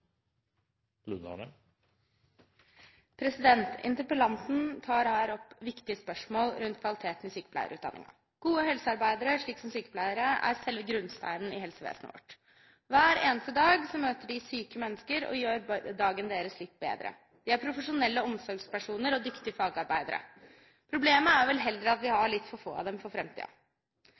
praktikere. Interpellanten tar her opp viktige spørsmål rundt kvaliteten i sykepleierutdanningen. Gode helsearbeidere, slik som sykepleiere, er selve grunnsteinen i helsevesenet vårt. Hver eneste dag møter de syke mennesker og gjør dagen deres litt bedre. De er profesjonelle omsorgspersoner og dyktige fagarbeidere. Problemet er vel heller at vi har litt for få av dem for